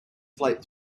flight